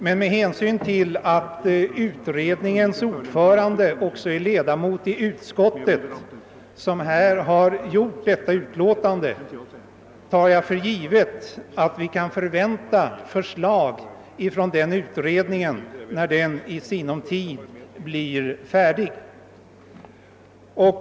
Med hänsyn till att utredningens ordförande också är ledamot av det utskott som har avgivit detta utlåtande tar jag emellertid för givet att vi kan förvänta förslag från den utredningen när den i sinom tid blir färdig.